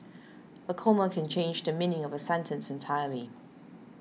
a comma can change the meaning of a sentence entirely